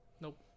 nope